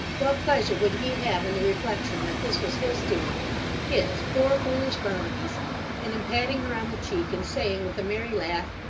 what pleasure would he have in the reflection that this was his doing his poor foolish barnaby's and in patting her on the cheek, and saying with a merry laugh,